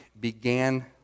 began